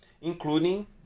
including